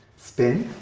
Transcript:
spin